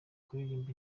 kuririmba